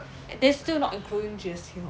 and that's still not including G_S_T hor